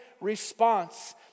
response